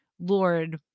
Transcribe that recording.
Lord